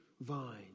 vine